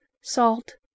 salt